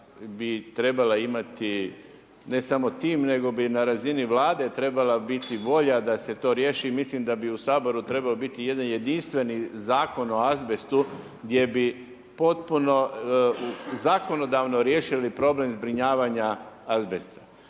bi trebala imati ne samo tim nego bi na razini Vlade trebala biti volja da se to riješi. Mislim da bi u Saboru trebao biti jedan jedinstven zakon o azbestu gdje bi potpuno zakonodavno riješili problem zbrinjavanja azbesta.